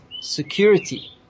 security